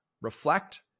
reflect